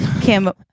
Kim